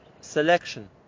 selection